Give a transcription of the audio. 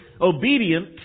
Obedient